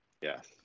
Yes